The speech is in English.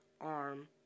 arm